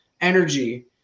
energy